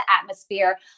atmosphere